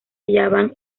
hallaban